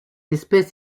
espèce